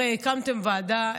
הרי הקמתם ועדה,